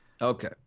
Okay